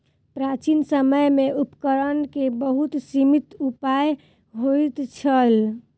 प्राचीन समय में उपकरण के बहुत सीमित उपाय होइत छल